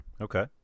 Okay